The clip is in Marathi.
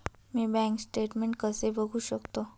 मी बँक स्टेटमेन्ट कसे बघू शकतो?